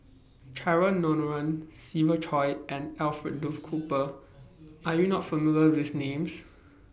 Cheryl Noronha Siva Choy and Alfred Duff Cooper Are YOU not familiar with These Names